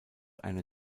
einer